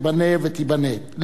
תיבנה ותיבנה.